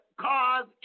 cause